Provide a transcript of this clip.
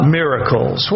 miracles